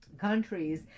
countries